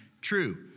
true